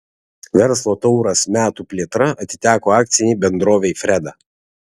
verslo tauras metų plėtra atiteko akcinei bendrovei freda